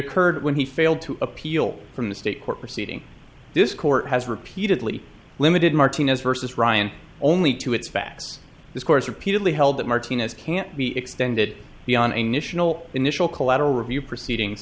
occurred when he failed to appeal from the state court proceeding this court has repeatedly limited martinez versus ryan only to its back this course repeatedly held that martinez can't be extended the on a national initial collateral review proceedings